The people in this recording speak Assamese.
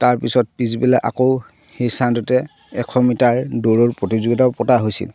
তাৰপিছত পিছবেলাক আকৌ সি এশ মিটাৰ দৌৰৰ প্ৰতিযোগিতা পতা হৈছিল